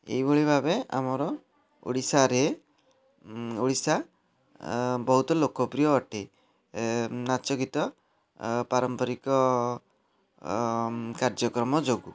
ଏଇଭଳି ଭାବେ ଆମର ଓଡ଼ିଶାରେ ଓଡ଼ିଶା ବହୁତ ଲୋକପ୍ରିୟ ଅଟେ ନାଚ ଗୀତ ପାରମ୍ପରିକ କାର୍ଯ୍ୟକ୍ରମ ଯୋଗୁ